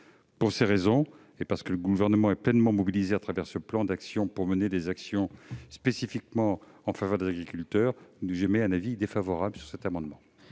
Pour ces raisons, et parce qu'il est pleinement mobilisé à travers ce plan d'action pour mener des actions spécifiquement en faveur des agriculteurs, le Gouvernement émet un avis défavorable sur cet amendement.